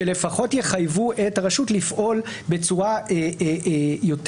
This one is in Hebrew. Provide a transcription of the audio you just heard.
שלפחות יחייבו את הרשות לפעול בצורה יותר